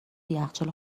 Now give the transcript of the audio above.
یخچال